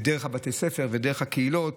דרך בתי הספר ודרך הקהילות,